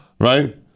Right